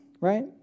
right